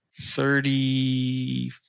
thirty